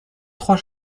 trois